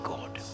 God